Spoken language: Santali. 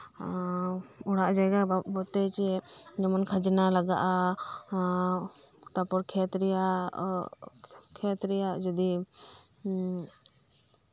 ᱦᱟᱸ ᱚᱲᱟᱜ ᱡᱟᱭᱜᱟ ᱵᱟᱵᱚᱫᱽ ᱛᱮ ᱪᱮᱫ ᱡᱮᱢᱚᱱ ᱠᱷᱟᱡᱽᱱᱟ ᱞᱟᱜᱟᱜᱼᱟ ᱮᱫ ᱛᱟᱨᱯᱚᱨ ᱠᱷᱮᱛ ᱨᱮᱭᱟᱜ ᱠᱷᱮᱛ ᱨᱮᱭᱟᱜ ᱡᱩᱫᱤ ᱮᱫ